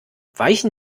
weichen